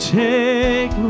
take